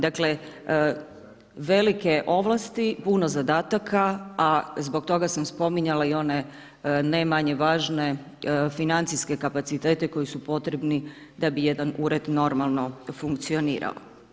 Dakle, velike ovlasti, puno zadataka, a zbog toga sam spominjala i one, ne manje važne financijske kapacitete koji su potrebni da bi jedan ured normalno funkcionirao.